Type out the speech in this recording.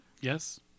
Yes